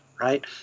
right